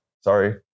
Sorry